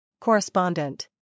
Correspondent